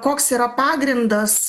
koks yra pagrindas